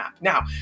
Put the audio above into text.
Now